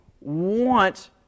want